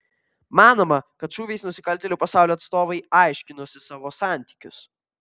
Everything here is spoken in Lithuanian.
manoma kad šūviais nusikaltėlių pasaulio atstovai aiškinosi savo santykius